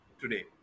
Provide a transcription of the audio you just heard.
today